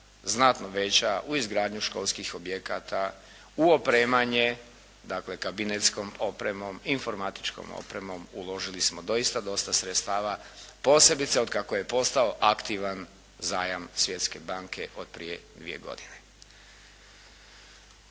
znatno veća u izgradnju školskih objekata u opremanje dakle kabinetskom opremom, informatičkom opremom uložili smo doista dosta sredstava posebice od kako je postao aktivan zajam Svjetske banke od prije dvije godine.